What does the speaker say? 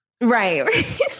Right